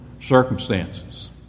circumstances